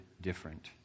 different